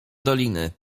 doliny